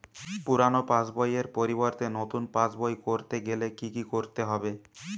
পুরানো পাশবইয়ের পরিবর্তে নতুন পাশবই ক রতে গেলে কি কি করতে হবে?